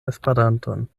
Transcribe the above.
esperanton